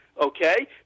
Okay